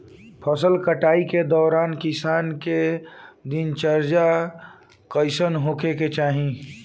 फसल कटाई के दौरान किसान क दिनचर्या कईसन होखे के चाही?